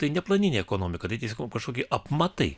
tai ne planinė ekonomika tai tiesiog kažkokie apmatai